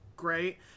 great